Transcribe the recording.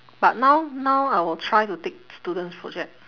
but now now I will try to take students project